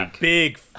big